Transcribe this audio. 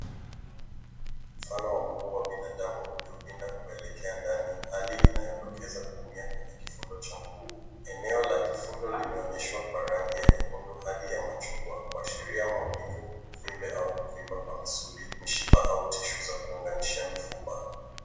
Mfano wa mguu wa binadamu ulio pinda kuelekea ndani hali inayotokeza kuumia kwenye kifundo cha mguu. Eneo la kifundo limeonyeshwa kwa rangi ya nyekundu hadi ya machungwa kuashiria maumivu, uvimbe au kuvimba kwa misuli, mishipa au tishu za kuunganisha mifupa.